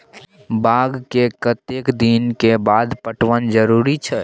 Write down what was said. बाग के कतेक दिन के बाद पटवन जरूरी छै?